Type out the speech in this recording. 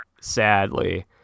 sadly